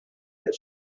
that